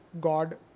God